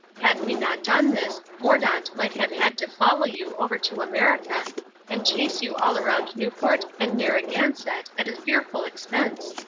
had we not done this mordaunt might have had to follow you over to america and chase you all around newport and narragansett at a fearful expense.